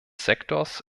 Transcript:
sektors